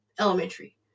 Elementary